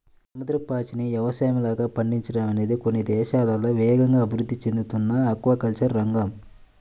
సముద్రపు పాచిని యవసాయంలాగా పండించడం అనేది కొన్ని దేశాల్లో వేగంగా అభివృద్ధి చెందుతున్న ఆక్వాకల్చర్ రంగం